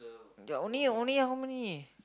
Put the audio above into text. ya only only how many